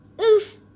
Oof